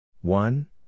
One